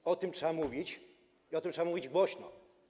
I o tym trzeba mówić, i o tym trzeba mówić głośno.